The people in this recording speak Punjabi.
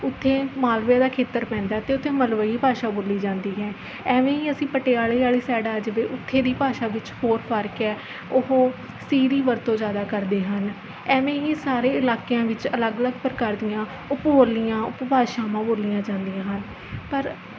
ਉੱਥੇ ਮਾਲਵੇ ਦਾ ਖੇਤਰ ਪੈਂਦਾ ਅਤੇ ਉੱਥੇ ਮਲਵਈ ਭਾਸ਼ਾ ਬੋਲੀ ਜਾਂਦੀ ਹੈ ਐਵੇਂ ਹੀ ਅਸੀਂ ਪਟਿਆਲੇ ਵਾਲੀ ਸਾਈਡ ਆ ਜਾਵੇ ਉੱਥੇ ਦੀ ਭਾਸ਼ਾ ਵਿੱਚ ਹੋਰ ਫਰਕ ਹੈ ਉਹ ਸੀ ਦੀ ਵਰਤੋਂ ਜ਼ਿਆਦਾ ਕਰਦੇ ਹਨ ਐਵੇਂ ਹੀ ਸਾਰੇ ਇਲਾਕਿਆਂ ਵਿੱਚ ਅਲੱਗ ਅਲੱਗ ਪ੍ਰਕਾਰ ਦੀਆਂ ਉਹ ਭੋਲੀਆਂ ਉਪਭਾਸ਼ਾਵਾਂ ਬੋਲੀਆਂ ਜਾਂਦੀਆਂ ਹਨ ਪਰ